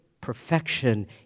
perfection